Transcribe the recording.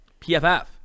PFF